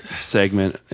segment